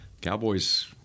Cowboys